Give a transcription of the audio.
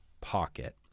pocket